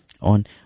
on